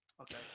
Okay